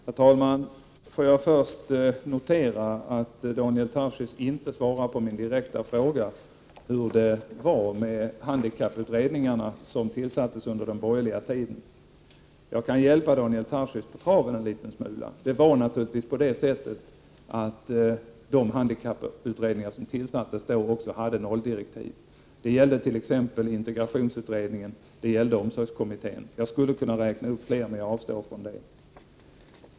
Herr talman! Låt mig först notera att Daniel Tarschys inte svarade på min direkta fråga om hur det förhöll sig med de handikapputredningar som tillsattes under de borgerliga regeringsåren. Jag kan hjälpa Daniel Tarschys på traven en liten smula. Det var naturligtvis på det sättet att även de handikapputredningar som tillsattes då hade nolldirektiv. Det gällde t.ex. integrationsutredningen och omsorgskommittén. Jag skulle kunna räkna upp fler, men jag avstår från det.